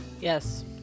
Yes